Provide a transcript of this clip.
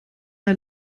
der